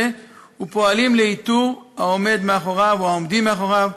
ופועלים לאיתור העומד מאחוריו או העומדים מאחוריו